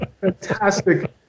fantastic